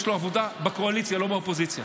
יש לו עבודה בקואליציה, לא באופוזיציה.